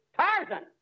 Tarzan